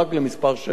במדורג על שנים מספר.